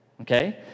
okay